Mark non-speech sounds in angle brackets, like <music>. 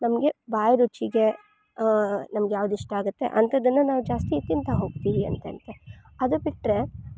ನಮಗೆ ಬಾಯಿ ರುಚಿಗೆ ನಮ್ಗೆ ಯಾವ್ದು ಇಷ್ಟ ಆಗುತ್ತೆ ಅಂಥದ್ದನ್ನು ನಾವು ಜಾಸ್ತಿ ತಿಂತಾ ಹೋಗ್ತೀವಿ <unintelligible> ಅದು ಬಿಟ್ರೆ